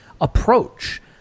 approach